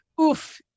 oof